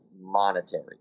monetary